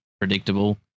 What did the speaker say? predictable